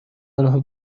آنها